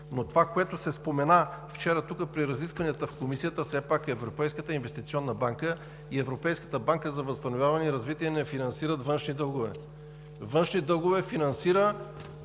но това, което се спомена вчера тук при разискванията в Комисията, все пак Европейската инвестиционна банка и Европейската банка за възстановяване и развитие не финансират външни дългове. Външни дългове финансира